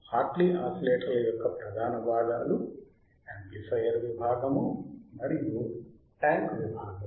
Hartley ఆసిలేటర్ల యొక్క ప్రధాన భాగాలు యాంప్లిఫయర్ విభాగం మరియు ట్యాంక్ విభాగం